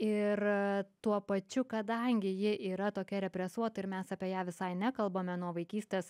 ir tuo pačiu kadangi ji yra tokia represuota ir mes apie ją visai nekalbame nuo vaikystės